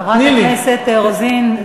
חברת הכנסת רוזין,